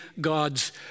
God's